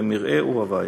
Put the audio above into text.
במרעה ובבית.